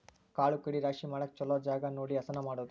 ಕಾಳು ಕಡಿ ರಾಶಿ ಮಾಡಾಕ ಚುಲೊ ಜಗಾ ನೋಡಿ ಹಸನ ಮಾಡುದು